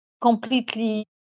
completely